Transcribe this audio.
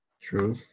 True